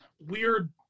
weird